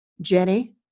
Jenny